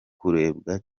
kurebwa